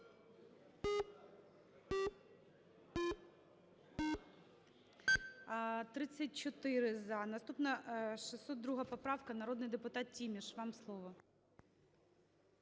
За-34 Наступна, 602 поправка, народний депутат Тіміш, вам слово.